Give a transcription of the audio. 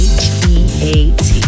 h-e-a-t